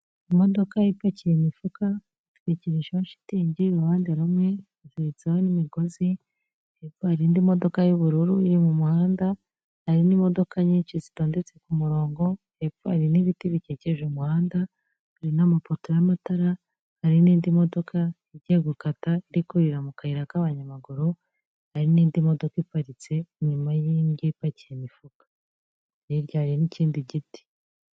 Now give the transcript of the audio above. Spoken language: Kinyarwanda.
Imodoka ipakiye imifuka, itwikirijeho shitingi uruhande rumwe ruziritseho n'imigozi, hepfo hari indi modoka y'ubururu iri mu muhanda, hari n'imodoka nyinshi zitondetse ku murongo, hepfo hari n'ibiti bikikije umuhanda, hari n'amapoto y'amatara, hari n'indi modoka igiye gukata iri kurira mu kayira k'abanyamaguru, hari n'indi modoka iparitse inyuma y'iyi ngiyi ipakiye imifuka, hirya hariho ikindi giti.